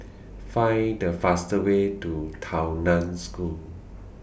Find The fastest Way to Tao NAN School